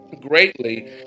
greatly